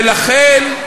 ולכן,